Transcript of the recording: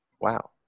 Wow